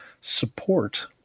support